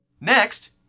Next